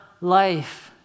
life